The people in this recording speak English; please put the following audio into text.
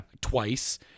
twice